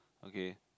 okay